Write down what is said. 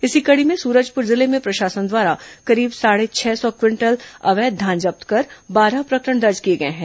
इसी कड़ी में सूरजपुर जिले में प्रशासन द्वारा करीब साढ़े छह सौ क्विंटल अवैध धान जब्त कर बारह प्रकरण दर्ज किए गए हैं